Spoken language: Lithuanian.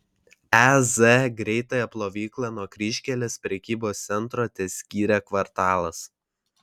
e z greitąją plovyklą nuo kryžkelės prekybos centro teskyrė kvartalas